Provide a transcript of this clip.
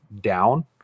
down